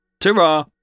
Ta-ra